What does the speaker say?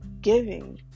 giving